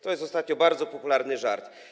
To jest ostatnio bardzo popularny żart.